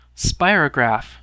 Spirograph